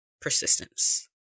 persistence